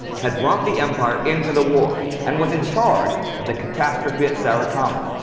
had brought the empire into the war and was in charge of the catastrophe at sarikamis,